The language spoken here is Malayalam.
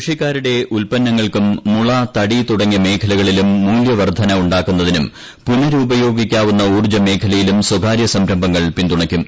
കൃഷിക്കാരുടെ ഉത്പ്പന്നങ്ങൾക്കും മുള തടി തുടങ്ങിയ മേഖലകളിലും മൂലൃവർദ്ധന ഉണ്ടാക്കുന്നതിനും പുനരുപയോഗിക്കാവുന്ന ഊർജ്ജമേഖലയിലും സ്വകാര്യ സംരംഭങ്ങൾ പിന്തുണയ്ക്കും